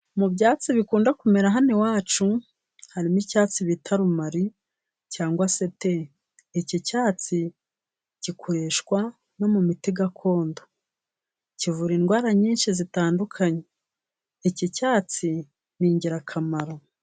Mu byatsi bikunda kumera hano iwacu, harimo icyatsi bita rumari cyangwa se te. Iki cyatsi gikoreshwa no mu miti gakondo. Kivura indwara nyinshi zitandukanye. Iki cyatsi ni ingirakamaro.